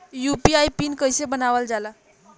UPI PIN कइसे बनावल जाला?